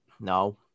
No